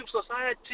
society